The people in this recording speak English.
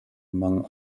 among